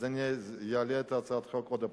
אז אני אעלה את הצעת החוק עוד הפעם.